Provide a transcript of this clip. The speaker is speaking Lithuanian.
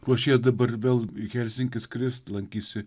ruošies dabar vėl į helsinkį skrist lankysi